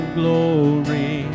glory